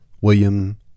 William